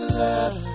love